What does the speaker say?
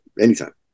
anytime